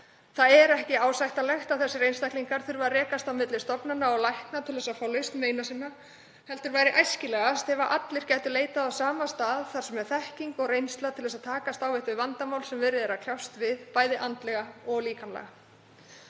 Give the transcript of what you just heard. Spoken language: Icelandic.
Það er ekki ásættanlegt að þeir einstaklingar þurfi að fara á milli stofnana og lækna til að fá lausn meina sinna heldur væri æskilegast ef allir gætu leitað á sama stað þar sem er þekking og reynsla til að takast á við þau vandamál sem verið er að kljást við, bæði andlega og líkamlega.